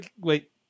Wait